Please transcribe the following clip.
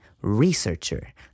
researcher